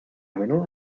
menudo